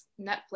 Netflix